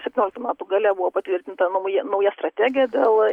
septynioliktų metų gale buvo patvirtinta nauja nauja strategija dėl